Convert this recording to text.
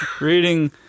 reading